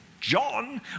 John